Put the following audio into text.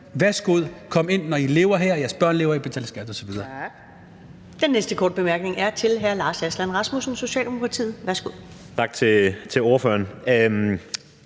Værsgo, kom ind, når I lever her, jeres børn lever her, og I betaler skat osv.